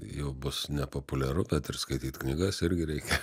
jau bus nepopuliaru bet ir skaityt knygas irgi reikia